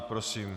Prosím.